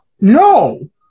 No